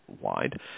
wide